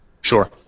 Sure